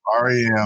REM